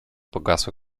pogasły